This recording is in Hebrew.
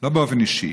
לא באופן אישי.